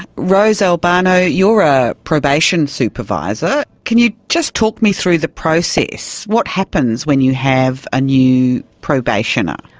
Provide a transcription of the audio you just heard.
rose albano, you're a probation supervisor, can you just talk me through the process? what happens when you have a new probationer?